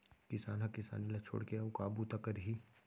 किसान ह किसानी ल छोड़ के अउ का बूता करही